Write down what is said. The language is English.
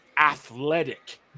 athletic